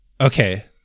okay